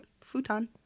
futon